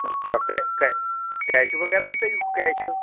ਅੱਛਾ ਕੈਸ਼ ਵਗੈਰਾ ਵੀ ਤਾਂ ਜੀ ਕੈਸ਼